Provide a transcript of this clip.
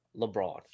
LeBron